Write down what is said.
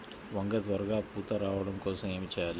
వంగ త్వరగా పూత రావడం కోసం ఏమి చెయ్యాలి?